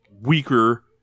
weaker